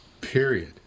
Period